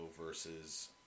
versus